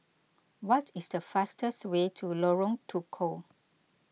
what is the fastest way to Lorong Tukol